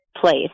place